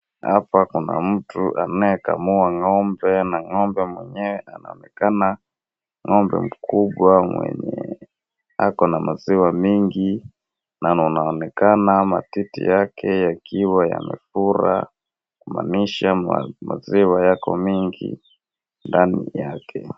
Hapa kuna mtu anayekamua ngombe na ngombe mwenyewe anaonekana mkubwa mwenye ako na maziwa mingi na anaonekana matiti yake yakiwa imefura kumaanisha maziwa yako mingi ndani yake.